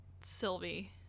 Sylvie